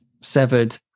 Severed